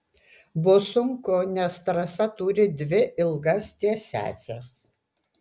bus sunku nes trasa turi dvi ilgas tiesiąsias